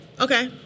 Okay